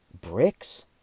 bricks